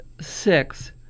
six